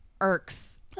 Irks